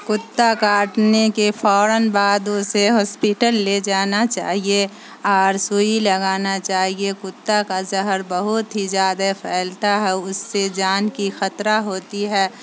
کتا کاٹنے کے فوراً بعد اسے ہاسپیٹل لے جانا چاہیے اور سوئی لگانا چاہیے کتا کا زہر بہت ہی زیادہ پھیلتا ہے اس سے جان کی خطرہ ہوتی ہے